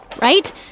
right